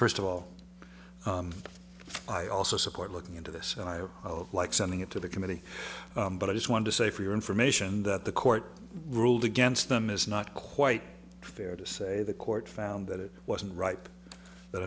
first of all i also support looking into this and i like sending it to the committee but i just want to say for your information that the court ruled against them is not quite fair to say the court found that it wasn't right that